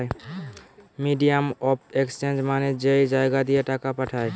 medium of exchange মানে যেই জাগা দিয়ে টাকা পাঠায়